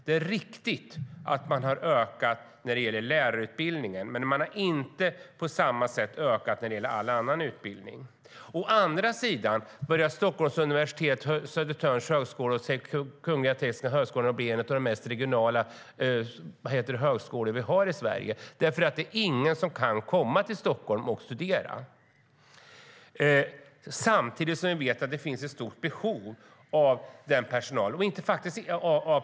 Det är riktigt att man har ökat antalet platser på lärarutbildningen, men man har inte ökat på samma sätt när det gäller all annan utbildning. Å andra sidan börjar Stockholms universitet, Södertörns högskola och Kungliga Tekniska Högskolan nu bli några av de mest regionala högskolorna vi har i Sverige. Det är nämligen ingen som kan komma till Stockholm och studera. Samtidigt vet vi att det finns ett stort behov av personal i området.